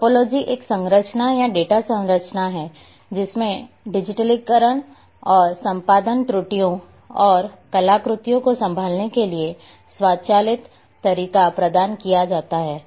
तो टोपोलॉजी एक संरचना या डेटा संरचनाएं हैं जिसमें डिजिटलीकरण और संपादन त्रुटियों और कलाकृतियों को संभालने के लिए स्वचालित तरीका प्रदान किया जाता है